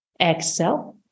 Exhale